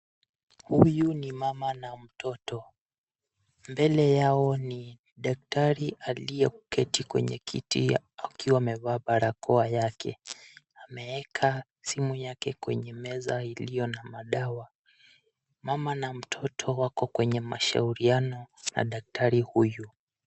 Huyu ni mama na mtoto. Mbele yao ni daktari aliyeketi kwenye kiti akiwa amevaa barakoa yake. Amewekwa simu yake kwenye meza iliyo na madawa. Mama na mtoto wako kwenye mashauriano na daktari huyu.